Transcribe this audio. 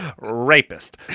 rapist